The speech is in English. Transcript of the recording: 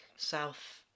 south